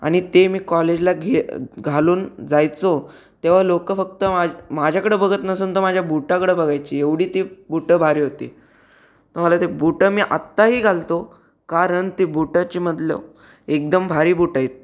आणि ते मी कॉलेजला घे घालून जायचो तेव्हा लोकं फक्त मा माझ्याकडं बघत नसून तर माझ्या बुटाकडं बघायची एवढी ती बूटं भारी होती तर मला ती बूटं मी आत्ताही घालतो कारण ती बुटाची मदलव एकदम भारी बूट आहेत